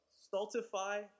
stultify